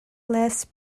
last